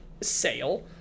sale